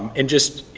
and just,